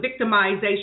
victimization